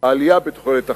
העלייה בתוחלת החיים,